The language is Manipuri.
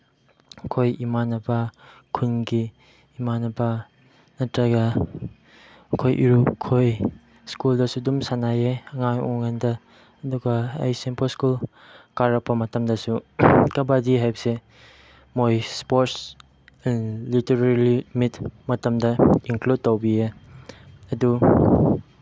ꯑꯩꯈꯣꯏ ꯏꯃꯥꯟꯅꯕ ꯈꯨꯟꯒꯤ ꯏꯃꯥꯟꯅꯕ ꯅꯠꯇ꯭ꯔꯒ ꯑꯩꯈꯣꯏ ꯏꯔꯨꯞꯈꯣꯏ ꯁ꯭ꯀꯨꯜꯗꯁꯨ ꯑꯗꯨꯝ ꯁꯥꯟꯅꯩꯌꯦ ꯑꯉꯥꯡ ꯑꯣꯏꯉꯥꯏꯗ ꯑꯗꯨꯒ ꯑꯩ ꯁꯤꯝꯄꯣꯏ ꯁ꯭ꯀꯨꯜ ꯀꯥꯔꯛꯄ ꯃꯇꯝꯗꯁꯨ ꯀꯕꯥꯗꯤ ꯍꯥꯏꯕꯁꯦ ꯃꯣꯏ ꯏꯁꯄꯣꯔꯠꯁ ꯂꯤꯇꯔꯦꯜꯂꯤ ꯃꯤꯠ ꯃꯇꯝꯗ ꯏꯟꯀ꯭ꯂꯨꯠ ꯇꯧꯕꯤꯌꯦ ꯑꯗꯨ